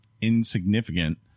insignificant